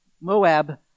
Moab